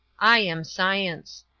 i am science!